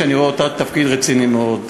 שאני רואה בו תפקיד רציני מאוד ואחראי.